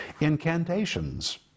Incantations